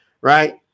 Right